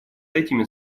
этими